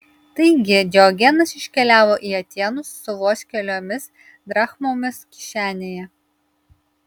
taigi diogenas iškeliavo į atėnus su vos keliomis drachmomis kišenėje